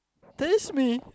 taste me